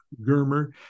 Germer